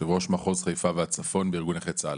יושב ראש מחוז חיפה והצפון בארגון נכי צה"ל.